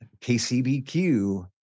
KCBQ